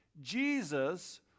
Jesus